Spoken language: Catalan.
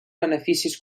beneficis